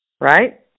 Right